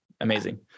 amazing